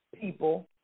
people